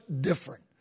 different